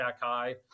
high